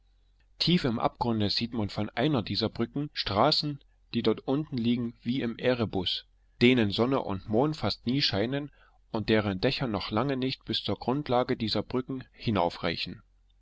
tief im abgrunde sieht man von einer dieser brücke straßen die dort unten liegen wie im erebus denen sonne und mond fast nie scheinen und deren dächer noch lange nicht bis zu der grundlage der brücke